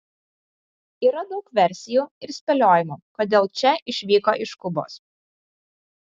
yra daug versijų ir spėliojimų kodėl če išvyko iš kubos